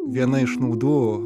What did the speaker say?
viena iš naudų